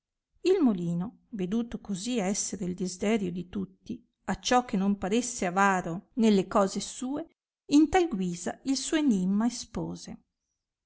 il molino veduto cosi esser il desiderio di tutti acciò che non paresse avaro nelle cose sue in tal guisa il suo enimma espose